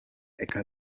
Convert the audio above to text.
äcker